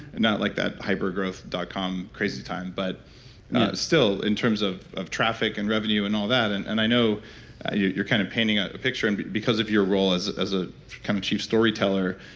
not like that hyper growth dot com crazy time but still, in terms of of traffic and revenue and all that, and and i know you're kind of painting a picture and because of your role as a ah kind of chief storyteller.